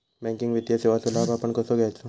Banking वित्तीय सेवाचो लाभ आपण कसो घेयाचो?